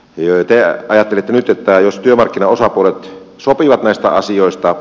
te ajattelette nyt että jos työmarkkinaosapuolet sopivat näistä asioista